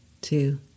two